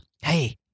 Hey